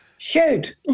Shoot